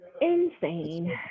insane